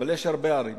אבל יש הרבה ערים,